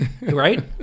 right